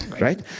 right